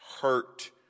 hurt